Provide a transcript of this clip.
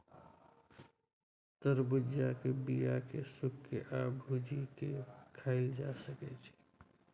तरबुज्जा के बीया केँ सुखा के आ भुजि केँ खाएल जा सकै छै